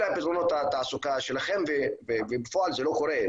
אלה פתרונות התעסוקה שלכם ובפועל זה לא קורה.